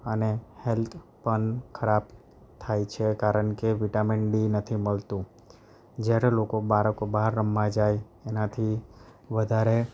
અને હેલ્થ પણ ખરાબ થાય છે કારણ કે વિટામીન ડી નથી મળતું જ્યારે લોકો બાળકો બહાર રમવા જાય એનાથી વધારે